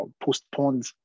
postponed